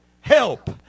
help